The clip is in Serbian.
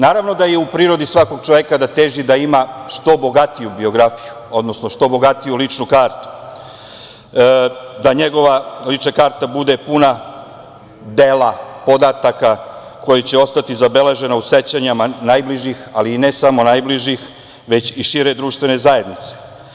Naravno da je u prirodi svakog čoveka da ima što bogatiju biografiju, odnosno što bogatiju ličnu kartu, da njegova lična karta bude puna dela, podataka koji će ostati zabeleženi u sećanjima najbližih, ali ne samo najbližih, već i šire društvene zajednice.